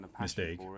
mistake